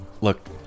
look